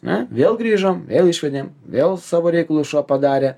na vėl grįžom vėl išvedėm vėl savo reikalus šuo padarė